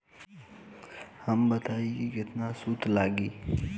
हमका बताई कि सूद केतना लागी?